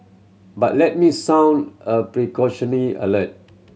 but let me sound a alert